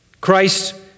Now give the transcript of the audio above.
Christ